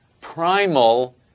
primal